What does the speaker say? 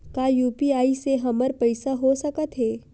का यू.पी.आई से हमर पईसा हो सकत हे?